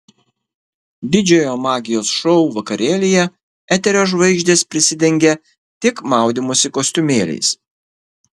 didžiojo magijos šou vakarėlyje eterio žvaigždės prisidengė tik maudymosi kostiumėliais